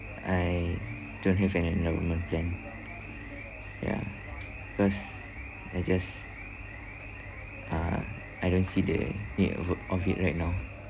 I don't have an endowment plan ya cause I just uh I don't see the need of of it right now